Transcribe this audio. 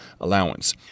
allowance